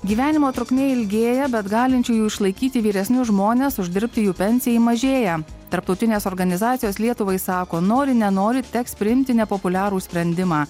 gyvenimo trukmė ilgėja bet galinčiųjų išlaikyti vyresnius žmones uždirbti jų pensijai mažėja tarptautinės organizacijos lietuvai sako nori nenori teks priimti nepopuliarų sprendimą